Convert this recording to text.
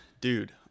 Dude